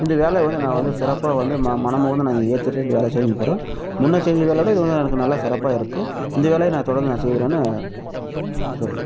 இந்த வேலையை வந்து நான் வந்து சிறப்பாக வந்து ம மனமுகந்து நான் இதை ஏத்துகிட்டு இந்த வேலை செய்ன்னுக்கிறேன் முன்னே செஞ்ச வேலையை விட இது வந்து எனக்கு நல்லா சிறப்பாக இருக்குது இந்த வேலையை நான் தொடர்ந்து நான் செய்கிறேன்னு சொல்கிறேன்